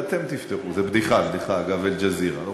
זה, אתם תפתחו, זו בדיחה, בדיחה, אגב אל-ג'זירה.